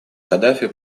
каддафи